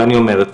ואני אומרת,